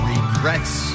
Regrets